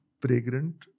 fragrant